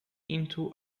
into